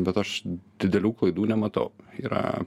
bet aš didelių klaidų nematau yra